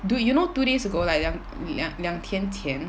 dude you know two days ago like 两 lian~ 两天前